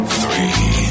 three